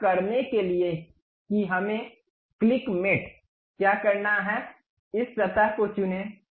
यह करने के लिए कि हमें क्लिक मेट क्या करना है इस सतह को चुनें